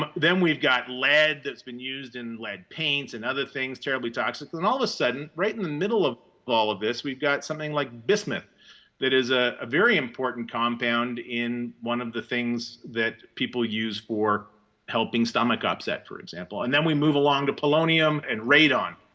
but then we've we've got lead that's been used in lead paints and other things, terribly toxic. then all of a sudden, right in the middle of all of this, we've got something like bismuth that is ah a very important compound in one of the things that people use for helping stomach upset, for example. and then we move along to polonium and radon.